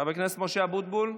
חבר הכנסת משה אבוטבול,